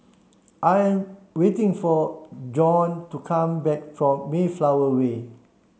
I am waiting for Bjorn to come back from Mayflower Way